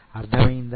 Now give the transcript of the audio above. అర్థమయిందా